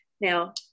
Now